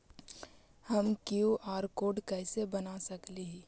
हम QR code कैसे बना सकली ही?